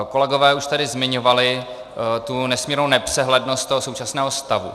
Kolegové už tady zmiňovali tu nesmírnou nepřehlednost současného stavu.